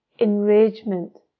enragement